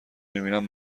میبینیم